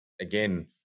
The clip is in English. again